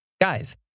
Guys